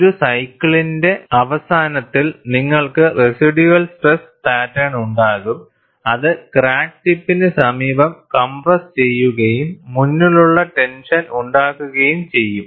ഒരു സൈക്കിളിന്റെ അവസാനത്തിൽ നിങ്ങൾക്ക് റെസിഡ്യൂവൽ സ്ട്രെസ് പാറ്റേൺ ഉണ്ടാകും അത് ക്രാക്ക് ടിപ്പിന് സമീപം കംപ്രസ്സുചെയ്യുകയും മുന്നിലുള്ള ടെൻഷൻ ഉണ്ടാക്കുകയും ചെയ്യും